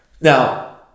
Now